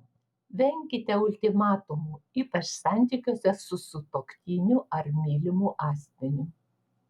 venkite ultimatumų ypač santykiuose su sutuoktiniu ar mylimu asmeniu